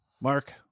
Mark